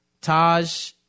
Taj